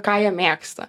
ką jie mėgsta